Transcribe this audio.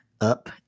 up